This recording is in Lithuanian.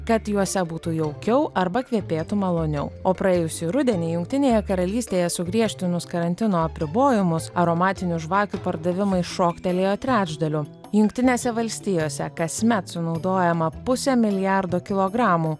kad juose būtų jaukiau arba kvepėtų maloniau o praėjusį rudenį jungtinėje karalystėje sugriežtinus karantino apribojimus aromatinių žvakių pardavimai šoktelėjo trečdaliu jungtinėse valstijose kasmet sunaudojama pusė milijardo kilogramų